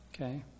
Okay